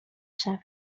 شود